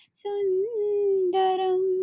sundaram